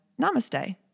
namaste